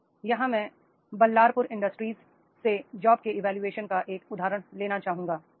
अब यहाँ मैं बल्लारपुर इंडस्ट्रीज से जॉब के इवोल्यूशन का एक उदाहरण लेना चाहूंगा